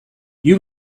you